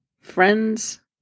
friends